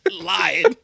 lying